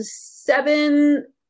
seven